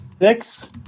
six